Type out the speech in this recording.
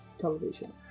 television